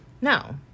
No